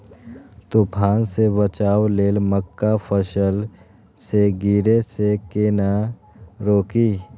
तुफान से बचाव लेल मक्का फसल के गिरे से केना रोकी?